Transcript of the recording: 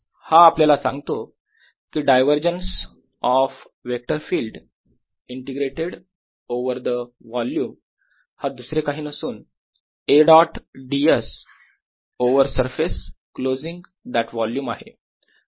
हा आपल्याला सांगतो कि divergence of vector field integrated over the volume हा दुसरे काही नसून A dot ds over surface closing that volume आहे